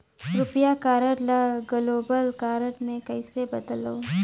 रुपिया कारड ल global card मे कइसे बदलव?